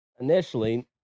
initially